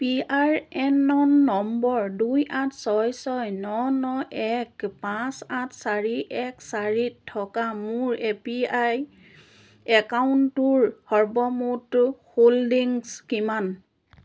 P R N নং number দুই আঠ ছয় ছয় ন ন এক পাঁচ আঠ চাৰি এক চাৰি থকা মোৰ এ পি ৱাই একাউণ্টটোৰ সৰ্বমুঠ হোল্ডিংছ কিমান